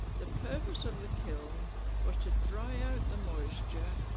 the purpose of the kiln was to dry out the moisture.